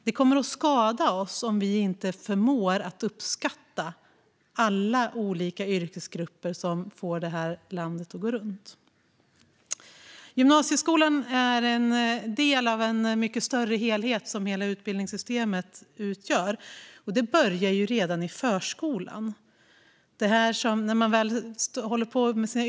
Det kommer att skada oss om vi inte förmår att uppskatta alla olika yrkesgrupper som får det här landet att gå runt. Gymnasieskolan är en del av en mycket större helhet som hela utbildningssystemet utgör. Det börjar redan i förskolan.